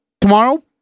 tomorrow